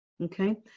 Okay